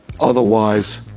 Otherwise